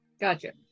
Gotcha